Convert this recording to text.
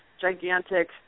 gigantic